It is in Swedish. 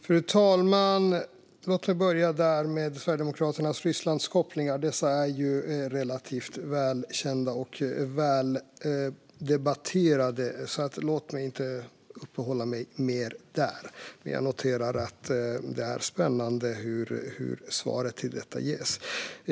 Fru talman! Sverigedemokraternas Rysslandskopplingar är ju relativt välkända och väl debatterade, så låt mig inte uppehålla mig längre vid dem. Jag noterar dock att det är spännande hur svaret på detta ges.